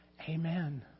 Amen